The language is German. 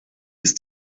ist